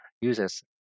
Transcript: users